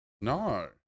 No